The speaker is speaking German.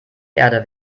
erde